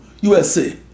USA